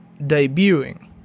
debuting